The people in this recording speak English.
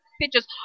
pictures